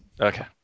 Okay